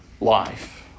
life